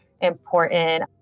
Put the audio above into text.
important